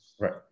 Right